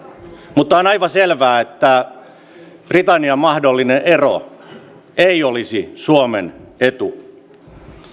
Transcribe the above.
mutta on aivan selvää että britannian mahdollinen ero ei olisi suomen etu